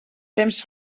temps